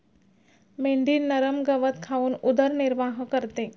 मेंढी नरम गवत खाऊन उदरनिर्वाह करते